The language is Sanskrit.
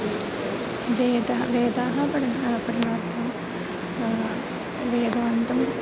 वेदः वेदाः पठनं पठनार्थं वेदान्तं